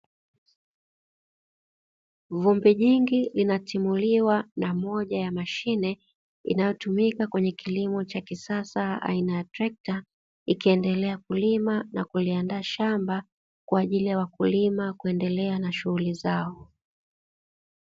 Vumbi jingi linatimuliwa na moja ya mashine, inayotumika kwenye kilimo cha kisasa aina ya trekta ikiendelea kulima na kuliandaa shamba kwa ajili ya wakulima kuendelea na shughuli zao.